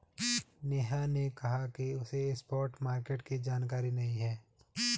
नेहा ने कहा कि उसे स्पॉट मार्केट की जानकारी नहीं है